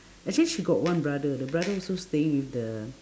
actually she got one brother the brother also staying with the